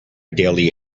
daily